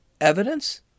evidence